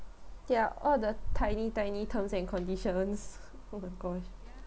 ya all the tiny tiny terms and conditions oh my god